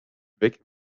weg